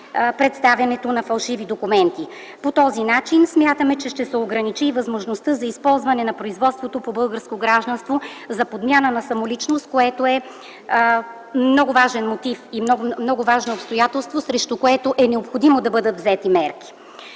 представянето на фалшиви документи. По този начин смятаме, че ще се ограничи и възможността за използване на производството по българско гражданство за подмяна на самоличност, което е много важно обстоятелство и срещу което е необходимо да бъдат взети мерки.